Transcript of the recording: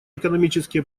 экономические